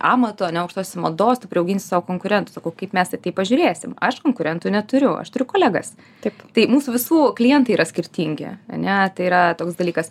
amato ar ne aukštos mados tu priauginsi sau konkurentų sakau kaip mesį tai pažiūrėsim aš konkurentų neturiu aš turiu kolegas tik tai mūsų visų klientai yra skirtingi ar ne tai yra toks dalykas